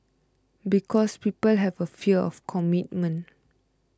because people have a fear of commitment